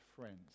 friends